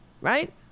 right